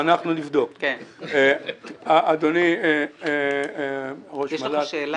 אדוני ראש המל"ל,